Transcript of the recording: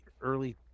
early